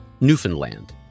Newfoundland